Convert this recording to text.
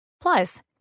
Plus